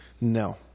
no